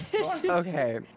Okay